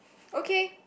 okay